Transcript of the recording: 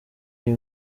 iyi